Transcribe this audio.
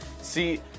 See